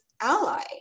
ally